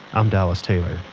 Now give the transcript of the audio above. i'm dallas taylor